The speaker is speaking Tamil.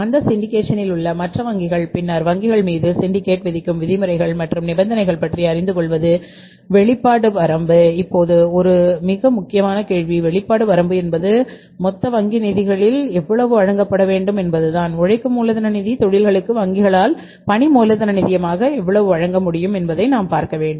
அந்த சிண்டிகேஷனில் விதிக்கும் விதிமுறைகள் மற்றும் நிபந்தனைகளைப் பற்றி அறிந்து கொள்வது வெளிப்பாடு வரம்பு இப்போது இது ஒரு மிக முக்கியமான கேள்வி வெளிப்பாடு வரம்பு என்பது மொத்த வங்கி நிதிகளில் எவ்வளவு வழங்கப்பட வேண்டும் என்பதுதான் உழைக்கும் மூலதன நிதி தொழில்களுக்கு வங்கிகளால் பணி மூலதன நிதியமாக எவ்வளவு வழங்க முடியும் என்பதை நாம் பார்க்க வேண்டும்